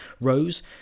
rose